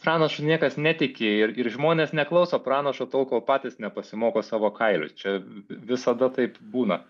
pranašu niekas netiki ir ir žmonės neklauso pranašo tol kol patys nepasimoko savo kailiu čia visada taip būna